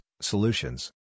solutions